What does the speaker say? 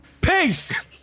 Peace